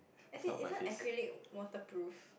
as in isn't acrylic waterproof